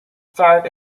start